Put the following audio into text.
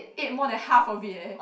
ate more than half of it eh